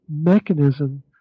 mechanism